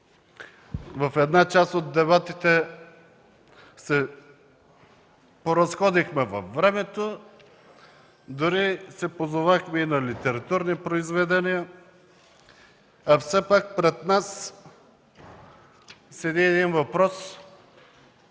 в част от дебатите се поразходихме във времето, дори се позовахме и на литературни произведения, а все пак пред нас стои един въпрос,